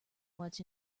much